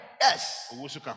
Yes